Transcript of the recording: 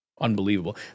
unbelievable